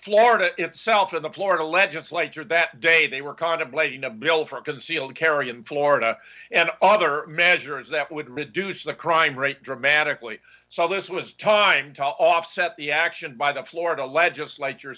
florida itself or the florida legislature that day they were contemplating a bill for concealed carry in florida and other measures that would reduce the crime rate dramatically so this was time to offset the action by the florida legislature